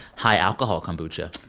high alcohol kombucha.